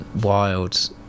wild